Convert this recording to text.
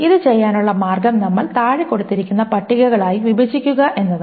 ഇത് ചെയ്യാനുള്ള മാർഗ്ഗം നമ്മൾ താഴെ കൊടുത്തിരിക്കുന്ന പട്ടികകളായി വിഭജിക്കുക എന്നതാണ്